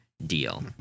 deal